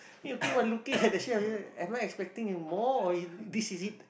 you keep on looking at the chef am I expecting more or this is it